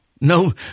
No